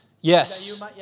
Yes